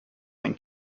ein